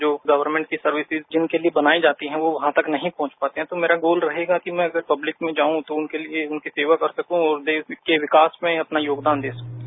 जो गर्वमेंट की सर्विसेज जिनके लिए बनायी जाती हैं वो वहां तक नहीं पहुंच पाते हैं तो मेरा गोल रहेगा कि मैं अगर पब्लिक में जाऊं तो उनके लिए उनकी सेवा कर सकूं और देश के विकास में अपना योगदान दे सकूं